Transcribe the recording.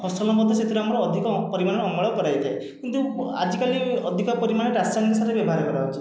ଫସଲ ମଧ୍ୟ ସେଥିରେ ଆମର ଅଧିକ ପରିମାଣରେ ଅମଳ କରାଯାଇଥାଏ କିନ୍ତୁ ଆଜିକାଲି ଅଧିକ ପରିମାଣରେ ରାସାୟନିକ ସାର ବ୍ୟବହାର କରାଯାଉଛି